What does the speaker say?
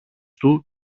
του